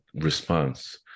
response